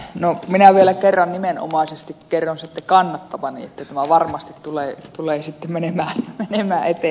no minä vielä kerran nimenomaisesti kerron sitten kannattavani että tämä varmasti tulee sitten menemään eteenpäin